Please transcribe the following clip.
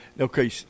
Okay